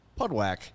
pudwack